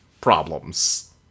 problems